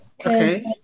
Okay